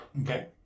Okay